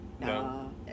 No